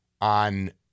on